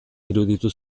iruditu